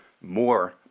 more